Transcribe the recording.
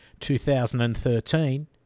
2013